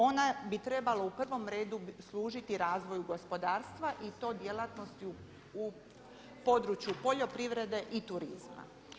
Ona bi trebala u prvom redu služiti razvoju gospodarstva i to djelatnosti u području poljoprivrede i turizma.